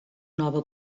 nova